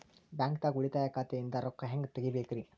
ಬ್ಯಾಂಕ್ದಾಗ ಉಳಿತಾಯ ಖಾತೆ ಇಂದ್ ರೊಕ್ಕ ಹೆಂಗ್ ತಗಿಬೇಕ್ರಿ?